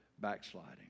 backsliding